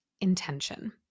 intention